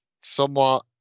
somewhat